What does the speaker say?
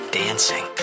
dancing